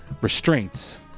restraints